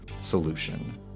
solution